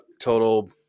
total